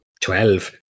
Twelve